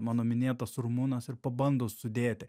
mano minėtas rumunas ir pabando sudėti